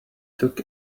took